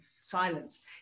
silence